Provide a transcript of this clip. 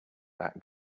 that